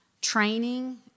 training